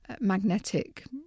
magnetic